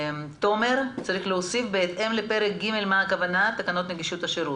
תומר: צריך להוסיף בהתאם לפרק ג' למה הכוונה לתקנות נגישות השירות.